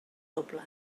doble